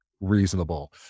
reasonable